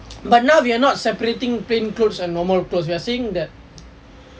but now you are not seperating plain clothes and normal clothes you are saying that